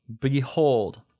behold